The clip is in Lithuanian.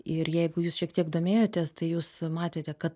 ir jeigu jūs šiek tiek domėjotės tai jūs matėte kad